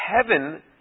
heaven